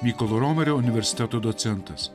mykolo romerio universiteto docentas